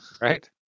Right